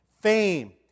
fame